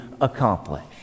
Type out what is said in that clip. accomplish